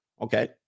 Okay